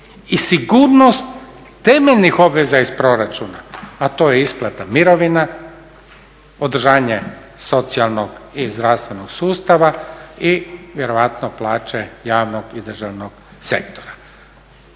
I sigurnost temeljenih obveza iz proračuna, a to je isplata mirovina, održavanje socijalnog i zdravstvenog sustava i vjerojatno plaće javnog i državnog sektora.